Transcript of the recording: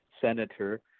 senator